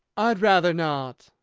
i'd rather not,